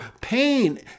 pain